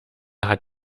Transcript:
hat